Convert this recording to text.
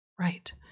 right